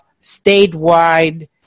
statewide